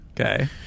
Okay